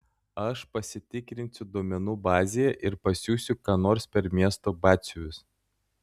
aš pasitikrinsiu duomenų bazėje ir pasiųsiu ką nors per miesto batsiuvius